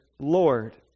Lord